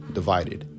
divided